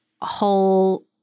whole